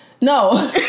no